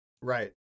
Right